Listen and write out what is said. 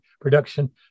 production